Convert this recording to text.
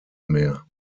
mehr